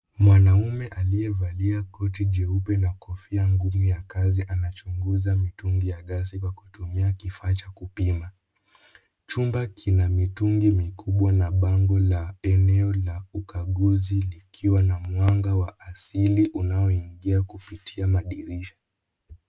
Mwanaume aliyevalia koti jeupe na kofia ngumu ya kazi anachunguza mitungi ya gasi kwa kutumia kifaa cha kupima. Chumba kina mitungi mikubwa na bango la eneo la ukaguzi likiwa na mwanga wa asili unaoingia kupitia madirisha.